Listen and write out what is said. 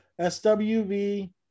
SWV